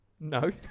No